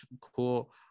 cool